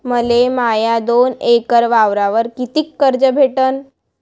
मले माया दोन एकर वावरावर कितीक कर्ज भेटन?